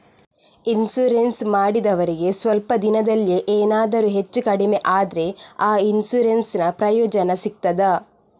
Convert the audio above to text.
Insurance ಮಾಡಿದವರಿಗೆ ಸ್ವಲ್ಪ ದಿನದಲ್ಲಿಯೇ ಎನಾದರೂ ಹೆಚ್ಚು ಕಡಿಮೆ ಆದ್ರೆ ಆ ಇನ್ಸೂರೆನ್ಸ್ ನ ಪ್ರಯೋಜನ ಸಿಗ್ತದ?